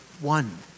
one